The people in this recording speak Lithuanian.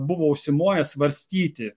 buvo užsimojęs svarstyti